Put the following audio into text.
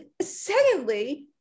secondly